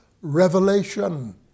revelation